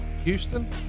Houston